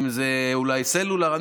אם זה אולי סלולר,